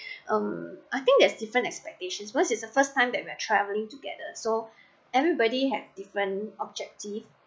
um I think there's different expectations because is the first time that we're travelling together so everybody have different objective